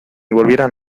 volvieran